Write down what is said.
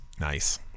Nice